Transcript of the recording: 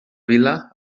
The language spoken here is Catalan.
vila